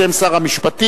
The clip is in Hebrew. בשם שר המשפטים,